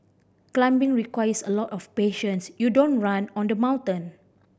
climbing requires a lot of patience you don't run on the mountain